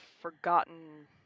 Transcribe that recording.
forgotten